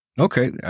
Okay